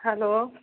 hello